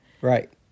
Right